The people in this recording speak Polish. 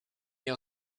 nie